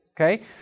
Okay